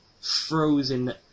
frozen